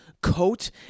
coat